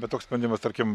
bet toks sprendimas tarkim